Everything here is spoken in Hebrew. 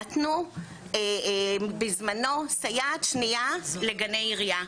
נתנו בזמנו סייעת שנייה לגני עירייה,